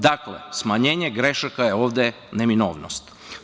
Dakle, smanjenje grešaka je ovde neminovnost.